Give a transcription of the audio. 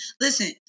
Listen